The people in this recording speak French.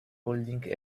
holdings